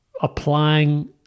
applying